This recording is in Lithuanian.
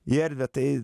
į erdvę tai